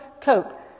cope